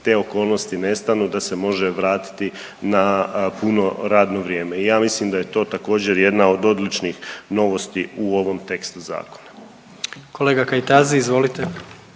te okolnosti nestanu da se može vratiti na puno radno vrijeme i ja mislim da je to također jedna od odličnih novosti u ovom tekstu zakona. **Jandroković, Gordan